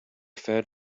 fed